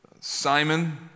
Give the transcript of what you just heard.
Simon